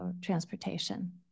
transportation